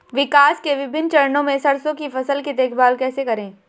विकास के विभिन्न चरणों में सरसों की फसल की देखभाल कैसे करें?